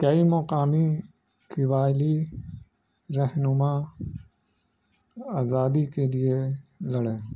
کئی مقامی کیوائلی رہنما آزادی کے لیے لڑیں